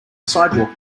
sidewalk